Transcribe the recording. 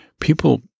people